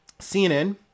CNN